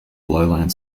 lowland